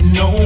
no